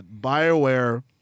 Bioware